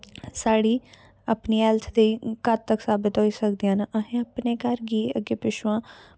साढ़ी अपनी हैल्थ दी घातक साबित होई सकदियां न असें अपने घर गी अग्गें पिच्छुआं